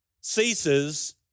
ceases